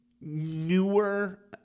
newer